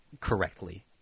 correctly